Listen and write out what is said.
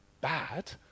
bad